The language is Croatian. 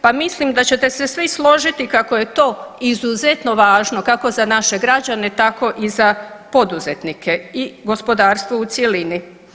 Pa mislim da ćete se svi složiti kako je to izuzetno važno kako za naše građane tako i za poduzetnike i gospodarstvo u cjelini.